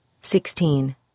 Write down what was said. Sixteen